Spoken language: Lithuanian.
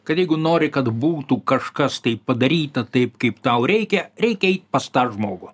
kad jeigu nori kad būtų kažkas tai padaryta taip kaip tau reikia reikia eit pas tą žmogų